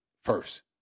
first